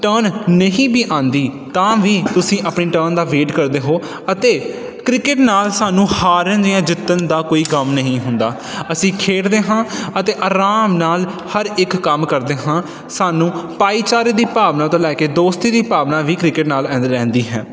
turn ਨਹੀਂ ਵੀ ਆਉਂਦੀ ਤਾਂ ਵੀ ਤੁਸੀਂ ਆਪਣੀ ਟਰਨ ਦਾ ਵੇਟ ਕਰਦੇ ਹੋ ਅਤੇ ਕ੍ਰਿਕਟ ਨਾਲ ਸਾਨੂੰ ਹਾਰਨ ਜਾਂ ਜਿੱਤਣ ਦਾ ਕੋਈ ਗਮ ਨਹੀਂ ਹੁੰਦਾ ਅਸੀਂ ਖੇਡਦੇ ਹਾਂ ਅਤੇ ਆਰਾਮ ਨਾਲ ਹਰ ਇੱਕ ਕੰਮ ਕਰਦੇ ਹਾਂ ਸਾਨੂੰ ਭਾਈਚਾਰੇ ਦੀ ਭਾਵਨਾ ਤੋਂ ਲੈ ਕੇ ਦੋਸਤੀ ਦੀ ਭਾਵਨਾ ਵੀ ਕ੍ਰਿਕਟ ਨਾਲ ਰਹਿੰਦੀ ਹੈ